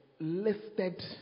listed